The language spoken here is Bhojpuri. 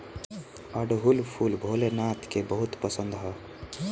अढ़ऊल फूल भोले नाथ के बहुत पसंद ह